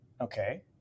okay